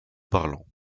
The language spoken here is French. parlant